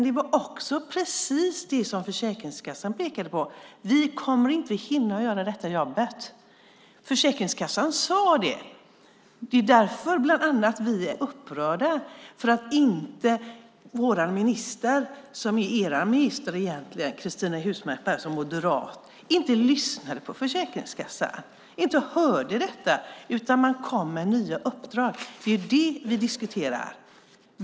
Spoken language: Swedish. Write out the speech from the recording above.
Det var också precis det som Försäkringskassan pekade på: Vi kommer inte att hinna göra detta jobb. Försäkringskassan sade det. Det är bland annat därför vi är upprörda, för att vår minister, som egentligen är er minister, Cristina Husmark Pehrsson, moderat, inte lyssnade på Försäkringskassan, inte hörde detta utan kom med nya uppdrag. Det är det vi diskuterar.